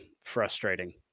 frustrating